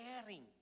sharing